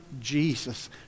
Jesus